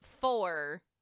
four